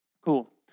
Cool